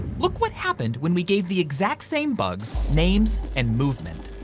look what happened when we gave the exact same bugs names and movement.